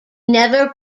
never